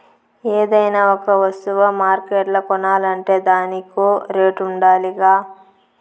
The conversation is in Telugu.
ఏదైనా ఒక వస్తువ మార్కెట్ల కొనాలంటే దానికో రేటుండాలిగా